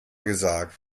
gesagt